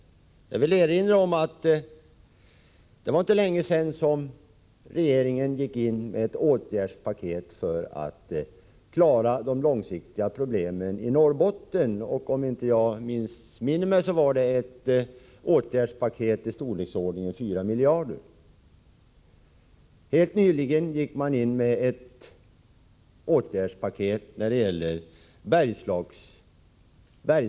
Jag vill erinra om att det inte var länge sedan regeringen gick in med ett åtgärdspaket för att klara de långsiktiga problemen i Norrbotten. Om jag inte missminner mig var det fråga om ett åtgärdspaket i storleksordningen 4 miljarder kronor. Helt nyligen gick man in med ett åtgärdspaket för Bergslagen.